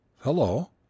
Hello